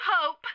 hope